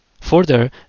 Further